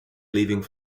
leaving